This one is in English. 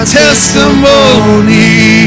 testimony